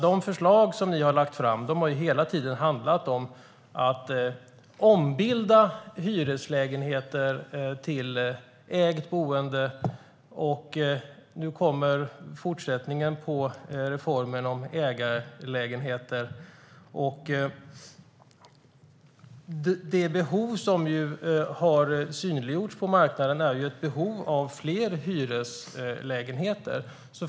De förslag som ni har lagt fram har hela tiden handlat om att ombilda hyreslägenheter till ägt boende. Nu kommer fortsättningen på reformen om ägarlägenheter. Det behov som har synliggjorts på marknaden är behovet av fler hyreslägenheter.